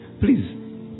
please